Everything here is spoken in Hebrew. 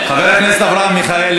חבר הכנסת אברהם מיכאלי,